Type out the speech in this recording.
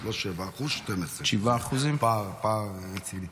לא 7% 12%. פער רציני.